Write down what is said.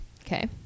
Okay